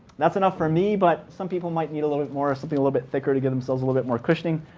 that's enough for me. but some people might need a little more, something a little bit thicker to give themselves little bit more cushioning.